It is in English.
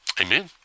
Amen